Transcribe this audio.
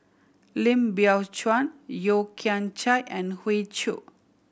Lim Biow Chuan Yeo Kian Chye and Hoey Choo